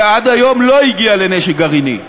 שעד היום לא הגיעה לנשק גרעיני,